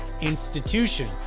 institution